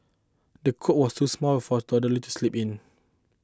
the cot was too small for a toddler to sleep in